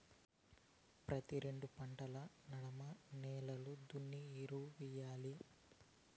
ప్రతి రెండు పంటల నడమ నేలలు దున్ని ఎరువెయ్యాలి